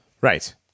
right